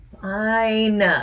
Fine